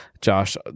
Josh